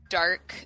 dark